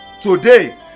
Today